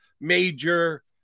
major